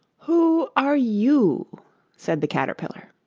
who are you said the caterpillar.